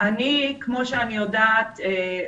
כמו שאני יודעת,